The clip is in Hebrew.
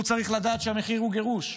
הוא צריך לדעת שהמחיר הוא גירוש.